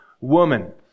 woman